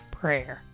prayer